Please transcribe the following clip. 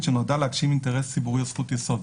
שנועדה להגשים אינטרס ציבורי על זכות יסוד.